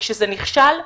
וכשזה נכשל,